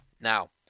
Now